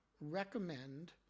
recommend